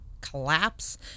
collapse